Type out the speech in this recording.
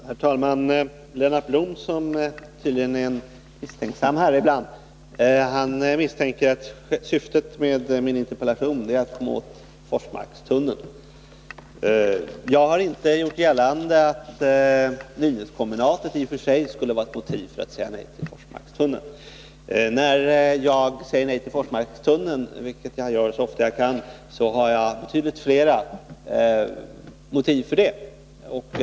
Herr talman! Lennart Blom, som tydligen är en misstänksam herre ibland, misstänker att syftet med min interpellation är riktat mot Forsmarkstunneln. Jag har inte gjort gällande att Nynäskombinatet i och för sig skulle vara ett motiv för att säga nej till Forsmarkstunneln. När jag säger nej till Forsmarkstunneln, vilket jag gör så ofta jag kan, har jag betydligt flera motiv för det.